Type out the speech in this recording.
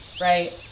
right